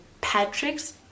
Patrick's